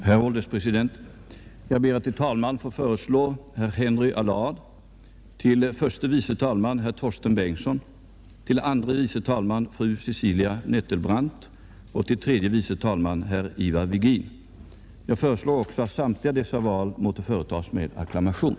Herr ålderspresident! Jag ber att till talman få föreslå herr Henry Allard, till förste vice talman herr Torsten Bengtson, till andre vice talman fru Cecilia Nettelbrandt och till tredje vice talman herr Ivar Virgin. Jag föreslår också att samtliga dessa val måtte företas med acklamation.